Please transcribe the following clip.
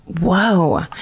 Whoa